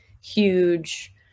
huge